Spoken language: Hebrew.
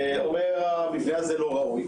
הוא אומר שהמבנה הזה לא ראוי,